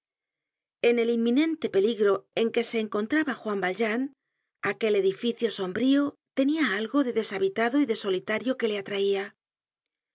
en el inminente peligro en que se encontraba juan valjean aquel edificio sombrío tenia algo de deshabitado y de solitario que le atraia